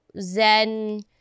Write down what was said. zen